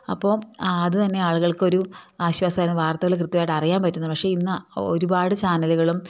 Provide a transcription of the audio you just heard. അപ്പോൾ അത് തന്നെ ആളുകൾക്ക് ഒരു ആശ്വാസമായിരുന്നു വാർത്തകൾ കൃത്യമായിട്ട് അറിയാൻ പറ്റുന്നു പക്ഷെ ഇന്ന് ഒരുപാട് ചാനലുകളും